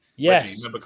yes